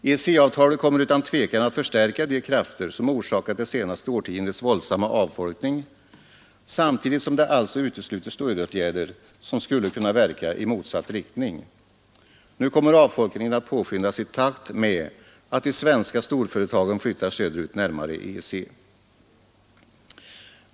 EEC-avtalet kommer utan tvivel att förstärka de krafter som orsakat det senaste årtiondets våldsamma avfolkning, Samtidigt som det alltså utesluter stödåtgärder som skulle kunna verka i motsatt riktning. Nu kommer avfolkningen att påskyndas i takt med att de svenska storföretagen flyttar söderut närmare EEC.